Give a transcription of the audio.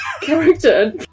character